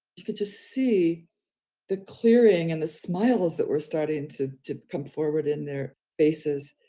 you could just see the clearing and the smiles that were starting to to come forward in their faces,